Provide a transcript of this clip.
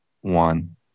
one